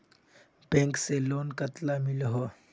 Bank से loan कतला मिलोहो?